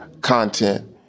content